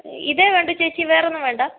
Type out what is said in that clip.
ഇതാണോ വേണ്ടത് ചേച്ചി വേറെയൊന്നും വേണ്ടേ